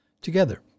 Together